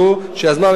שיזמה הממשלה,